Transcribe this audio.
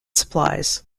supplies